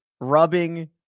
rubbing